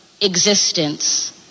existence